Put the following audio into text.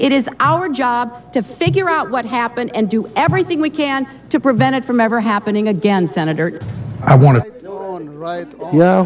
it is our job to figure out what happened and do everything we can to prevent it from ever happening again senator i want to wri